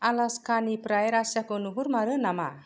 आलासकानिफ्राय रासियाखौ नुहुरमारो नामा